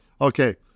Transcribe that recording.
Okay